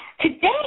Today